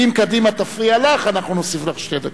ואם קדימה תפריע לך אנחנו נוסיף לך שתי דקות.